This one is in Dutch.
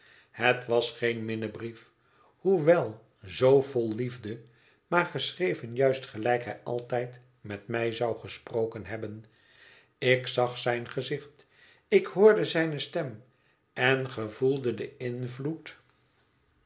het was geen minnebrief hoewel zoo vol liefde maar geschreven juist gelijk hij altijd met mij zou gesproken hebben ik zag zijn gezicht ik hoorde zijne stem en gevoelde den invloed